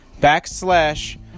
backslash